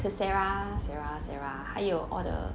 que sera sera sera 还有 all the